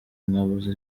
mwabuze